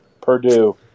Purdue